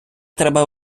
треба